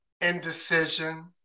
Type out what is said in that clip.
indecision